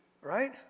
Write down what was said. right